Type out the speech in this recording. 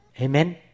Amen